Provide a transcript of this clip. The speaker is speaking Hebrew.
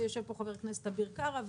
ויושב פה חבר הכנסת אביר קארה,